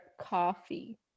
coffee